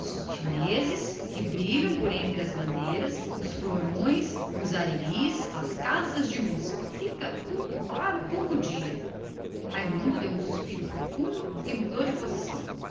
chineses que brilham por entre as bandeiras os florões os ariris as casas de música em uma palavra fica tudo tudo claro como o dia raimundo soltou um suspiro profundo e mudou de posição